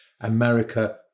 America